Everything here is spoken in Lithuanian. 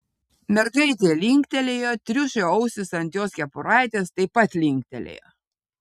mergaitė linktelėjo triušio ausys ant jos kepuraitės taip pat linktelėjo